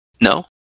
no